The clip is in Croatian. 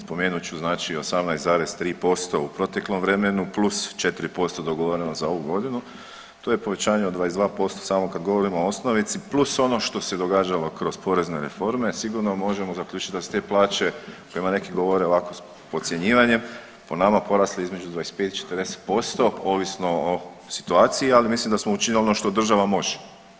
Spomenut ću znači 18,3% u proteklom vremenu plus 4% dogovoreno za ovu godinu to je povećanje od 22% samo kad govorimo o osnovici plus ono što se događalo kroz porezne reforme sigurno možemo zaključiti da su te plaće o kojima neki govore ovako podcjenjivanje, po nama porasle između 25 i 40% ovisno o situaciji, ali mislim da smo učinili ono što država može.